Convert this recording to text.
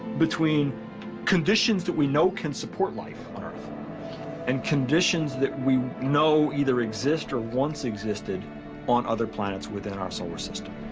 between conditions that we know can support life on earth and conditions that we know either exist or once existed on other planets within our solar system.